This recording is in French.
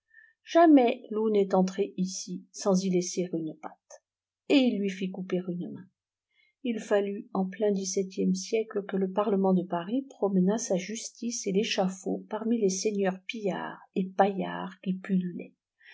jamais loup n'est entré ici sans y laisser une patte et il lui fit couper une main il fallut en plein dix-septième siècle que le parlement de paris promenât sa justice et l'échafaud parmi les seigneurs pillards et paillards qui